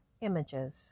images